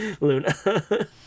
Luna